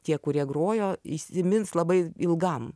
tie kurie grojo įsimins labai ilgam